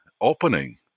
opening